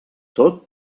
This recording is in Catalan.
tot